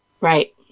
Right